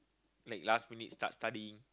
like last minute start studying